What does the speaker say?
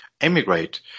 emigrate